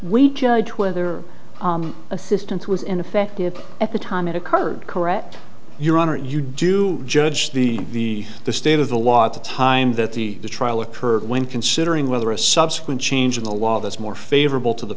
we judge whether assistance was ineffective at the time it occurred correct your honor you do judge the the state of the law at the time that the trial occurred when considering whether a subsequent change in the law that's more favorable to the